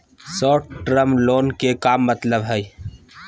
Short term loan के का मतलब हई?